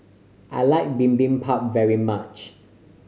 I like Bibimbap very much